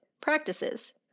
practices